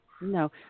No